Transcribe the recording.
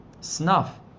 snuff